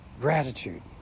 gratitude